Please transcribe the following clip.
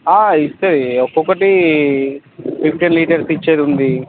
ఇస్తాయి ఒక్కొక్కటి fifteen litres ఇచ్చేది ఉంది